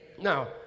Now